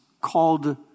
called